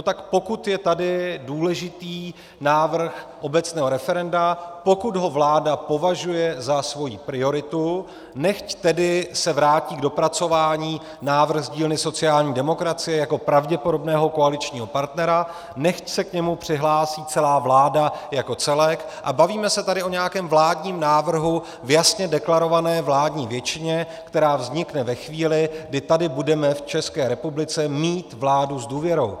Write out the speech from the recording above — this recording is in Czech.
Tak pokud je tady důležitý návrh obecného referenda, pokud ho vláda považuje za svoji prioritu, nechť tedy se vrátí k dopracování návrh z dílny sociální demokracie jako pravděpodobného koaličního partnera, nechť se k němu přihlásí celá vláda jako celek a bavíme se tady o nějakém vládním návrhu v jasně deklarované vládní většině, která vznikne ve chvíli, kdy tady budeme v České republice mít vládu s důvěrou.